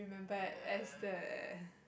but as the